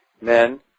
Men